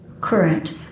current